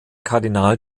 kardinal